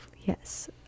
Yes